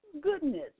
goodness